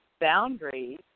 boundaries